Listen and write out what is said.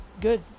good